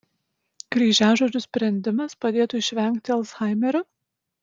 kryžiažodžių sprendimas padėtų išvengti alzhaimerio